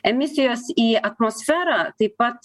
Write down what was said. emisijos į atmosferą taip pat